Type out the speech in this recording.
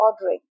ordering